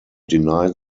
denied